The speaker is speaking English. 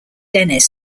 denis